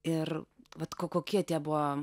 ir vat ko kokie tie buvo